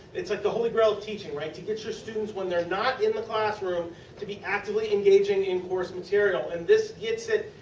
it is like the holy grail of teaching, right. to get your students when they are not in the classroom to be actively engaging in course material. and this gets it.